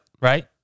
Right